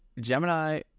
Gemini